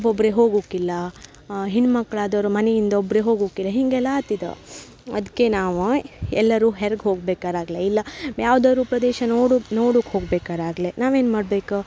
ಒಬ್ಬೊಬ್ಬರೇ ಹೋಗುಕ್ಕಿಲ್ಲ ಹೆಣ್ ಮಕ್ಳು ಆದೋರು ಮನೆಯಿಂದ ಒಬ್ಬರೇ ಹೋಗುಕ್ಕಿಲ್ಲ ಹೀಗೆಲ್ಲ ಆತಿದ ಅದಕ್ಕೆ ನಾವು ಎಲ್ಲಾರೂ ಹೊರ್ಗ್ ಹೋಗ್ಬೇಕಾರಾಗ್ಲಿ ಇಲ್ಲ ಯಾವ್ದಾದ್ರೂ ಪ್ರದೇಶ ನೋಡುಕ್ಕೆ ನೋಡುಕ್ಕೆ ಹೋಗ್ಬೇಕಾರಾಗ್ಲಿ ನಾವೇನು ಮಾಡಬೇಕು